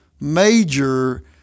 major